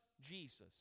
Jesus